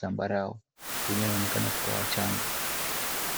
zambarau. Watoto wenyewe wanaonekana kuwa wachanga.